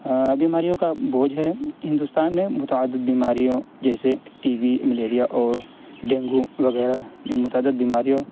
بیماریوں کا بوجھ ہے ہندوستان میں متعدد بیماریوں جیسے ٹی بی ملیریا اور ڈینگو وغیرہ متعدد بیماریوں